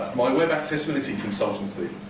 my web accessibility consultancy